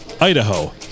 Idaho